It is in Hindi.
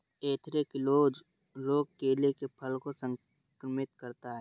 एंथ्रेक्नोज रोग केले के फल को संक्रमित करता है